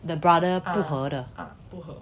the brother 不不合的